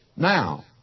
Now